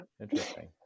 Interesting